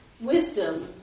Wisdom